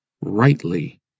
rightly